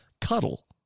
Cuddle